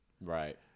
Right